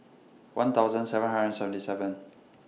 one thousand seven hundred and seventy seven